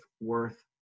worth